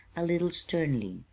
a little sternly,